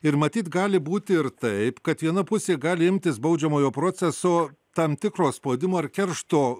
ir matyt gali būti ir taip kad viena pusė gali imtis baudžiamojo proceso tam tikro spaudimo ar keršto